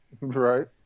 Right